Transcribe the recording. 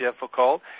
difficult